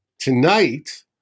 Tonight